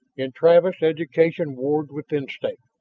in travis education warred with instinct,